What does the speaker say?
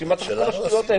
בשביל מה צריך את השטויות האלה?